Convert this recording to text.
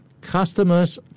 customers